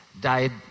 died